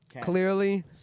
Clearly